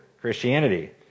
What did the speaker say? christianity